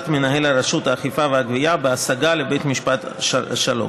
מנהל רשות האכיפה והגבייה בהשגה לבית משפט השלום.